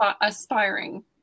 aspiring